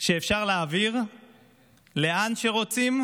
שאפשר להעביר לאן שרוצים,